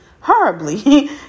horribly